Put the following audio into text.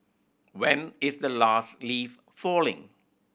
when is the last leaf falling